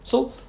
so